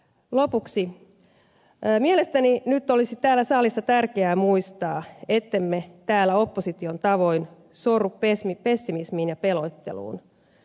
lopuksi mielestäni nyt olisi täällä salissa tärkeää muistaa ettemme täällä opposition tavoin sorru pessimismiin ja pelotteluun